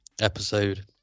episode